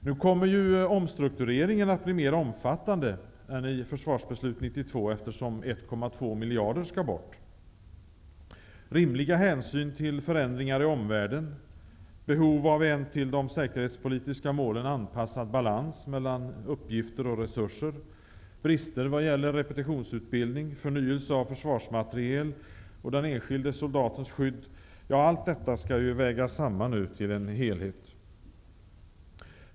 Nu kommer omstruktureringen att bli mer omfattande än i Försvarsbeslut 92, eftersom 1,2 miljarder kronor skall bort. Rimliga hänsyn till förändringar i omvärlden, behov av en till de säkerhetspolitiska målen anpassad balans mellan uppgifter och resurser, brister när det gäller gäller repetitionsutbildning, förnyelse av försvarsmateriel och den enskilde soldatens skydd skall vägas samman till en helhet.